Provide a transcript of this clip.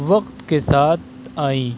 وقت کے ساتھ آئیں